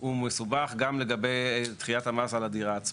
הוא מסובך גם לגבי דחיית המס על הדירה עצמה,